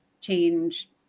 change